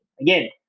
Again